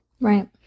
Right